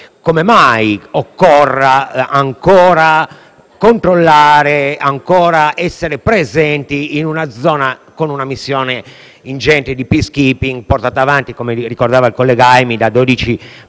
come mai occorra ancora controllare ed essere presenti in una zona con una missione ingente di *peacekeeping*, portata avanti, come ricordava il collega Aimi, da dodici